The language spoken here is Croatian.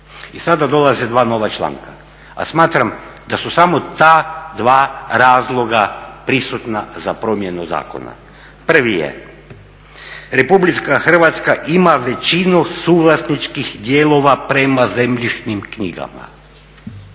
I sada dolaze dva nova članka a smatram da su samo ta dva razloga prisutna za promjenu zakona. Prvi je Republika Hrvatska ima većinu suvlasničkih dijelova prema zemljišnim knjigama.